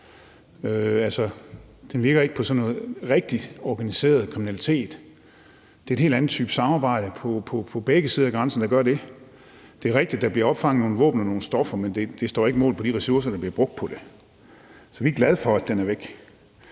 Den virker ikke på sådan noget rigtig organiseret kriminalitet. Det er en helt anden type samarbejde på begge sider af grænsen, der gør det. Det er rigtigt, at der bliver opfanget nogle våben og nogle stoffer, men det står ikke mål med de ressourcer, der bliver brugt på det. Så vi er glade for, at den er væk.